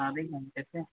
अभी लेंगे पैसे